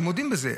הם מודים בזה.